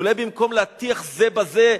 אולי במקום להטיח זה בזה,